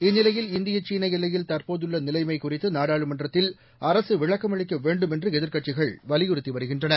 இந்நிலையில் இந்திய சீன எல்லையில் தற்போதுள்ள நிலைமை குறித்து நாடாளுமன்றத்தில் அரசு விளக்கமளிக்க வேண்டும் என்று எதிர்க்கட்சிகள் வலியுறுத்தி வருகின்றன